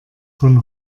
von